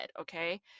Okay